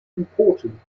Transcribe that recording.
important